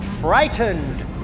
Frightened